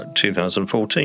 2014